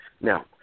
Now